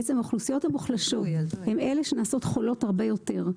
בעצם האוכלוסיות המוחלשות הן אלה שנעשות חולות הרבה יותר,